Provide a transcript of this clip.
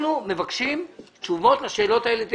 אנחנו מבקשים תשובות לשאלות האלה.